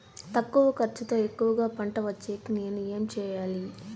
తక్కువ ఖర్చుతో ఎక్కువగా పంట వచ్చేకి నేను ఏమి చేయాలి?